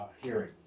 hearing